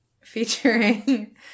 Featuring